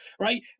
right